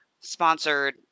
sponsored